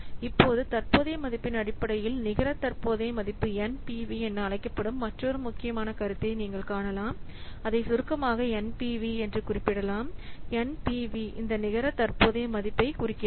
இப்போது தற்போதைய மதிப்பின் அடிப்படையில் நிகர தற்போதைய மதிப்பு NPV என அழைக்கப்படும் மற்றொரு முக்கியமான கருத்தை நீங்கள் காணலாம் அதை சுருக்கமாக NPV என்று குறிப்பிடலாம் NPV இந்த நிகர தற்போதைய மதிப்பைக் குறிக்கிறது